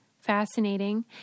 fascinating